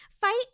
fight